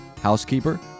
housekeeper